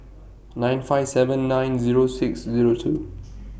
nine five seven nine Zero six Zero two